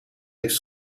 heeft